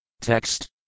Text